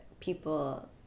people